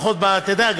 אתה יודע,